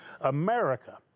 America